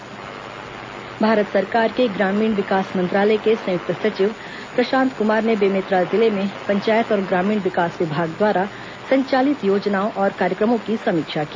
केंद्रीय सचिव बेमेतरा भारत सरकार के ग्रामीण विकास मंत्रालय के संयुक्त सचिव प्रशांत कमार ने बेमेतरा जिले में पंचायत और ग्रामीण विकास विभाग द्वारा संचालित योजनाओं और कार्यक्रमों की समीक्षा की